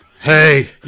Hey